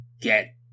get